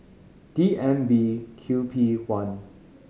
D M B Q P one